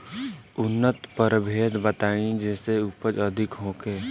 उन्नत प्रभेद बताई जेसे उपज अधिक होखे?